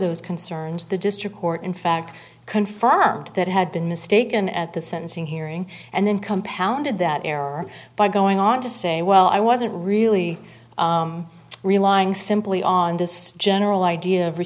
those concerns the district court in fact confirmed that it had been mistaken at the sentencing hearing and then compounded that error by going on to say well i wasn't really relying simply on this general idea